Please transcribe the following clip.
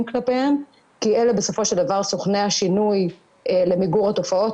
כלפיהם כי אלה בסופו של דבר סוכני השינוי למיגור התופעות